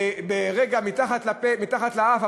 מתחת לאף,